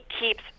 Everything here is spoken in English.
keeps